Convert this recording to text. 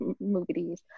Movies